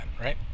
right